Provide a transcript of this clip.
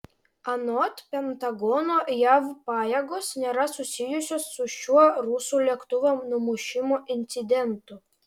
anot pentagono jav pajėgos nėra susijusios su šiuo rusų lėktuvo numušimo incidentu